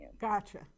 Gotcha